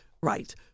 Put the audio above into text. Right